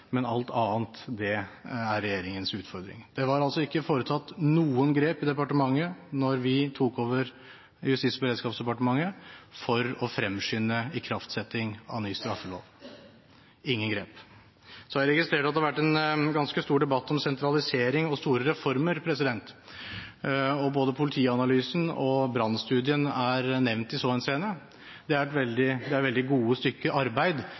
men at alt annet er regjeringens utfordringer. Det var altså ikke foretatt noen grep i departementet da vi tok over Justis- og beredskapsdepartementet for å fremskynde ikraftsetting av ny straffelov – ingen grep. Så registrerer jeg at det har vært en ganske stor debatt om sentralisering og store reformer. Både Politianalysen og Brannstudien er nevnt i så henseende. Det er veldig gode stykker arbeid